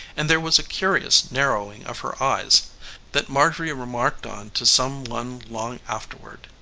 and there was a curious narrowing of her eyes that marjorie remarked on to some one long afterward.